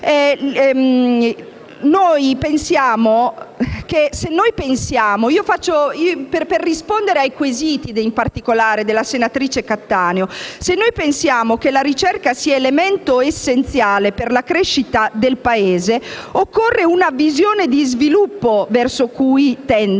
particolare ai quesiti della senatrice Cattaneo, se pensiamo che la ricerca sia un elemento essenziale per la crescita del Paese, occorre una visione di sviluppo verso cui tendere